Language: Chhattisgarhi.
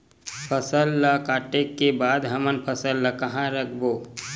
फसल ला काटे के बाद हमन फसल ल कहां रखबो?